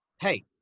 Hey